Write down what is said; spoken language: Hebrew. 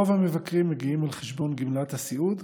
רוב המבקרים מגיעים על חשבון גמלת הסיעוד,